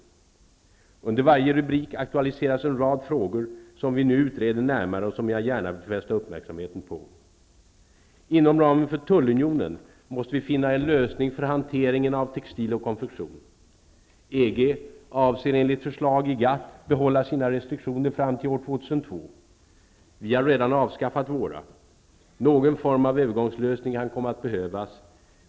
Under varje rubrik aktualiseras en rad frågor, som vi nu utreder närmare och som jag gärna vill fästa uppmärksamheten på: -- Inom ramen för tullunionen måste vi finna en lösning för hanteringen av textil och konfektion. EG avser, enligt förslag i GATT, att behålla sina restriktioner fram till år 2002. Vi har redan avskaffat våra. Någon form av övergångslösning kan komma att behövas.